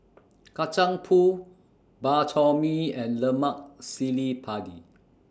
Kacang Pool Bak Chor Mee and Lemak Cili Padi